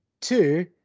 two